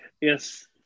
yes